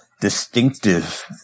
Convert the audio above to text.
distinctive